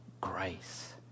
grace